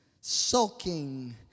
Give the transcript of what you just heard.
sulking